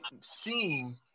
seeing